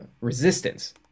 resistance